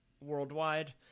worldwide